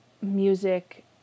music